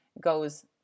goes